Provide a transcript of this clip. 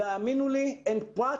האמינו לי שאין פרט